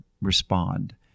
respond